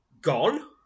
gone